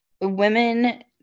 women